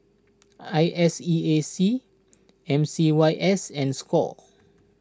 I S E A C M C Y S and Score